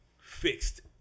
fixed